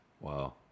Wow